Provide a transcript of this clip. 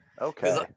okay